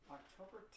October